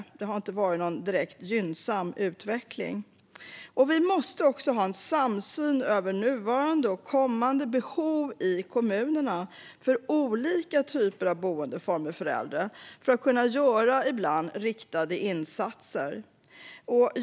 Utvecklingen har inte varit direkt gynnsam. Vi måste ha en samsyn när det gäller nuvarande och kommande behov i kommunerna av olika typer av boendeformer för äldre, för att ibland kunna göra riktade insatser.